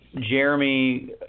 Jeremy